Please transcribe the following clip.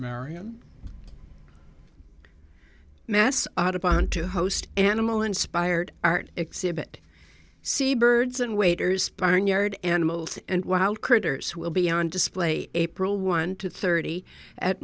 marian mess out upon to host animal inspired art exhibit seabirds and waiters barnyard animals and wild critters who will be on display april one to thirty at